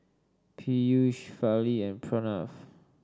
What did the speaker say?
Peyush Fali and Pranav